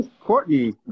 Courtney